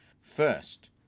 First